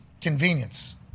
convenience